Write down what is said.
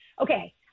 okay